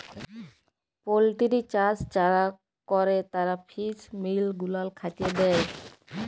poultry চাষ যারা ক্যরে তারা ফিস মিল গুলান খ্যাতে দেই